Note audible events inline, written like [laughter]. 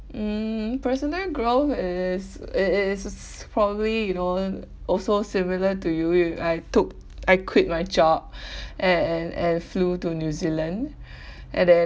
mm personal growth is it is probably you know also similar to you you I took I quit my job [breath] and and and flew to new zealand [breath] and then